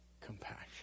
compassion